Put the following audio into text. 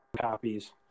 copies